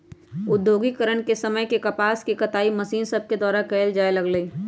औद्योगिकरण के समय से कपास के कताई मशीन सभके द्वारा कयल जाय लगलई